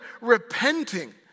repenting